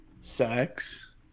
sex